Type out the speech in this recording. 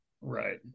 right